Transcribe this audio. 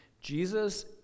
Jesus